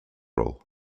role